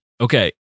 Okay